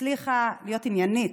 שהצליחה להיות עניינית,